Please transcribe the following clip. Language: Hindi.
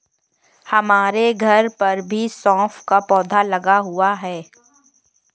हमारे घर पर भी सौंफ का पौधा लगा हुआ है